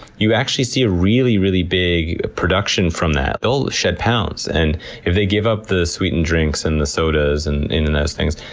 you actually see a really, really big production from that. they'll shed pounds, and if they give up the sweetened drinks, and the sodas, and and those things,